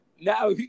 Now